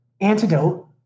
antidote